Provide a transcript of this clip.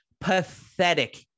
Pathetic